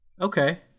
okay